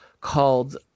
called